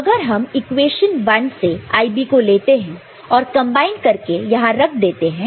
तो अगर हम इक्वेशन 1 से IB को लेते हैं और कंबाइन करके यहां रख देते हैं